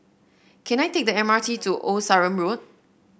can I take the M R T to Old Sarum Road